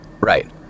Right